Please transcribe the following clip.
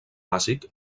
bàsic